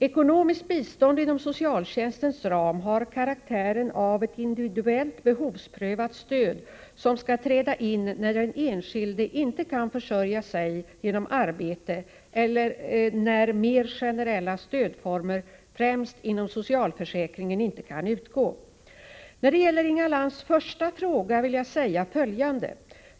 Ekonomiskt bistånd inom socialtjänstens ram har karaktären av ett individuellt behovsprövat stöd som skall träda in när den enskilde inte kan försörja sig genom arbete eller när mer generella stödformer främst inom socialförsäkringen inte kan utgå. När det gäller Inga Lantz första fråga vill jag säga följande.